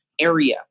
area